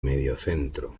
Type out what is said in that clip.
mediocentro